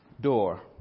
door